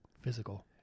physical